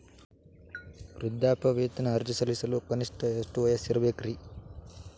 ವೃದ್ಧಾಪ್ಯವೇತನ ಅರ್ಜಿ ಸಲ್ಲಿಸಲು ಕನಿಷ್ಟ ಎಷ್ಟು ವಯಸ್ಸಿರಬೇಕ್ರಿ?